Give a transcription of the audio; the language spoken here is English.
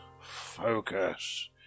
Focus